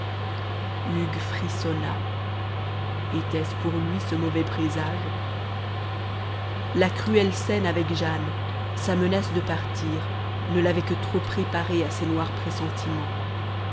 hugues frissonna était-ce pour lui ce mauvais présage la cruelle scène avec jane sa menace de partir ne l'avaient que trop préparé à ces noirs pressentiments